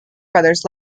brothers